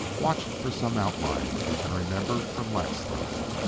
watch for some outline that you can remember from last time.